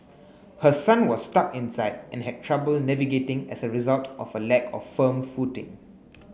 her son was stuck inside and had trouble navigating as a result of a lack of firm footing